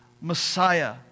Messiah